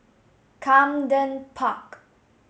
Camden Park